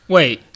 Wait